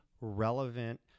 relevant